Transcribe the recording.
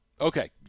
Okay